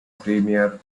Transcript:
premier